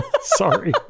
Sorry